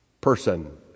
person